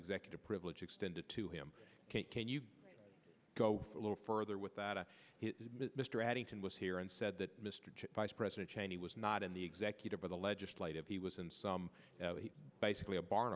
executive privilege extended to him can you go a little further with that of mr addington was here and said that mr vice president cheney was not in the executive or the legislative he was in some basically a barn